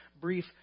brief